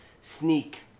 sneak